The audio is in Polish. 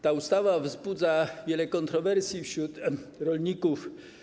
Ta ustawa wzbudza wiele kontrowersji wśród rolników.